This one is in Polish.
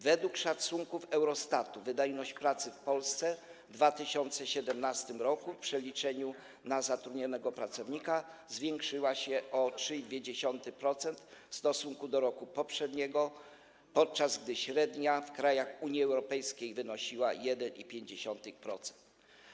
Według szacunku Eurostatu wydajność pracy w Polsce w 2017 r. w przeliczeniu na zatrudnionego pracownika zwiększyła się o 3,2% w stosunku do roku poprzedniego, podczas gdy średnia w krajach Unii Europejskiej wynosiła 1,5%.